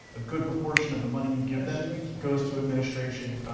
a good proportion of the money you give them goes to administration.